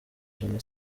ijana